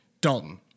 Dalton